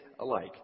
alike